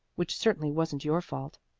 which certainly wasn't your fault.